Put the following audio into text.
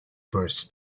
burst